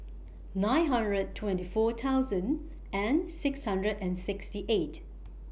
nine hundred twenty four thousand and six hundred and sixty eight